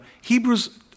Hebrews